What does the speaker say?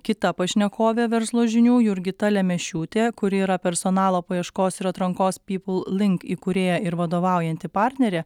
kita pašnekovė verslo žinių jurgita lemešiūtė kuri yra personalo paieškos ir atrankos people link įkūrėja ir vadovaujanti partnerė